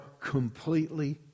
completely